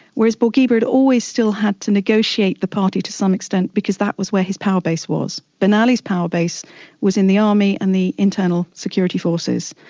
whereas bourguiba had always still had to negotiate the party to some extent because that was where his power base was. ben ali's power base was in the army and the internal security forces.